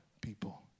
people